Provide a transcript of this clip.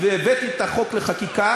בריאות ורווחה לטובת כל אזרחי מדינת ישראל.